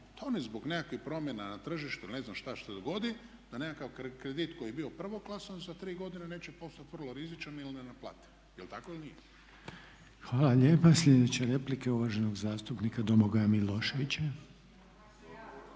oni zbog nekakvih promjena na tržištu ili ne znaš šta se dogodi da nekakav kredit koji je bio prvoklasan za tri godine neće postati vrlo rizičan ili ne naplativ. Jel tako ili nije? **Reiner, Željko (HDZ)** Hvala lijepa. Sljedeća replika je uvaženog zastupnika Domagoja Miloševića.